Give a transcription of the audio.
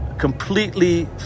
completely